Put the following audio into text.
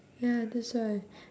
ya that's why